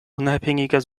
unabhängiger